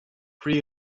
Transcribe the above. pre